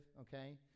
okay